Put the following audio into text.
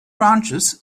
branches